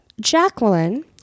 Jacqueline